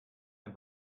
ein